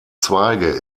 zweige